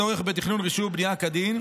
ולצורך בתכנון רישוי בנייה כדין,